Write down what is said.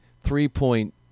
three-point